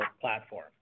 platform